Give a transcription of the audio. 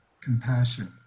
compassion